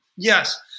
Yes